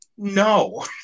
No